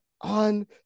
on